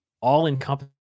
all-encompassing